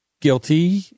Guilty